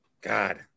God